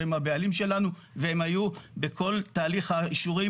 שהם הבעלים שלנו והם היו בכל תהליך האישורים,